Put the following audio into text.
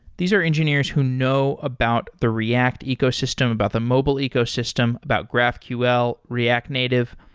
these are engineers who know about the react ecosystem, about the mobile ecosystem, about graphql, react native.